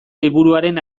liburuaren